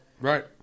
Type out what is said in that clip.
Right